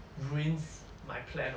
ruins my plan lor